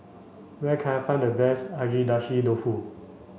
where can I find the best Agedashi Dofu